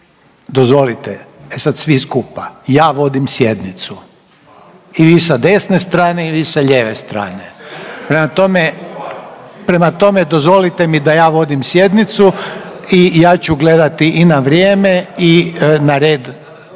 dozvolite. E sad svi skupa. Ja vodim sjednicu i vi sa desne strane i vi sa lijeve strane. Prema tome, dozvolite mi da ja vodim sjednicu i ja ću gledati i na vrijeme i na red